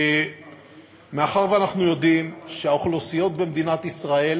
מאחר שאנחנו יודעים שהאוכלוסיות במדינת ישראל